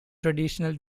traditional